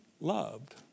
loved